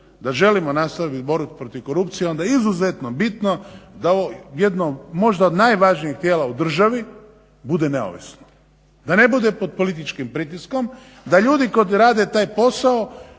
da želimo nastavit borbu protiv korupcije onda izuzetno bitno da jedno od možda najvažnijih tijela u državi bude neovisno, da ne bude pod političkim pritiskom, da ljudi koji rade taj posao